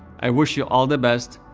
i wish you all the best.